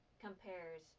compares